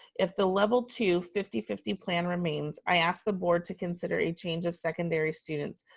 if the level two fifty fifty plan remains, i ask the board to consider a change of secondary students,